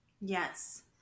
Yes